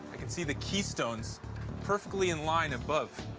i can see the keystones perfectly in line above.